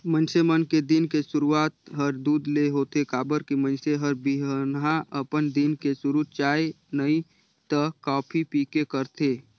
मइनसे मन के दिन के सुरूआत हर दूद ले होथे काबर की मइनसे हर बिहनहा अपन दिन के सुरू चाय नइ त कॉफी पीके करथे